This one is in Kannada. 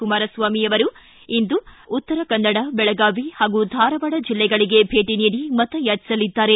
ಕುಮಾರಸ್ವಾಮಿ ಅವರು ಇಂದು ಉತ್ತರಕನ್ನಡ ಬೆಳಗಾವಿ ಹಾಗೂ ಧಾರವಾಡ ಜಿಲ್ಲೆಗಳಿಗೆ ಭೇಟಿ ನೀಡಿ ಮತಯಾಚಿಸಲಿದ್ದಾರೆ